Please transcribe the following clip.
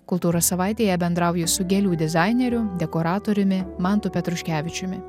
kultūros savaitėje bendrauju su gėlių dizaineriu dekoratoriumi mantu petruškevičiumi